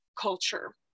culture